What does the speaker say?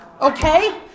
okay